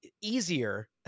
easier